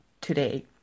today